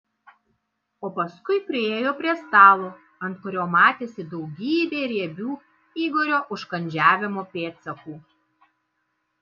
o paskui priėjo prie stalo ant kurio matėsi daugybė riebių igorio užkandžiavimo pėdsakų